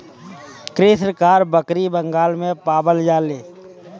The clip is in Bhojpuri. कृष्णकाय बकरी बंगाल में पावल जाले